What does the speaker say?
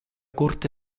corte